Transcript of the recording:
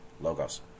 Logos